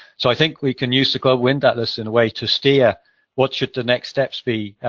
so i think we can use the global wind atlas, in a way, to steer what should the next steps be,